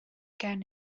gen